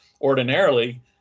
ordinarily